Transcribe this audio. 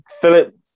Philip